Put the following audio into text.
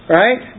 right